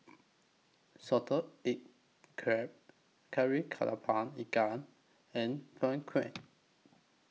Salted Egg Crab Kari Kepala Ikan and Png Kueh